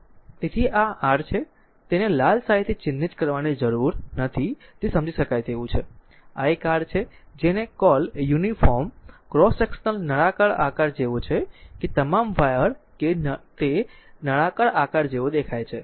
તેથી આ r છે તેને લાલ શાહીથી ચિહ્નિત કરવાની જરૂર નથી તે સમજી શકાય તેવું છે આ એક r છે જેને કોલ યુનિફોર્મ ક્રોસ સેક્શન નળાકાર આકાર જેવો છે કે તમામ વાયર તે નળાકાર આકાર જેવો દેખાય છે